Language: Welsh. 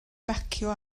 bacio